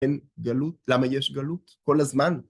אין גלות. למה יש גלות כל הזמן?